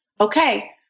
okay